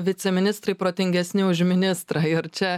viceministrai protingesni už ministrą ir čia